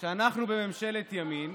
שאנחנו בממשלת ימין